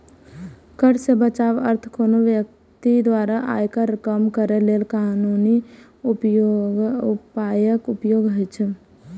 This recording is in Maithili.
कर सं बचावक अर्थ कोनो व्यक्ति द्वारा आयकर कम करै लेल कानूनी उपायक उपयोग होइ छै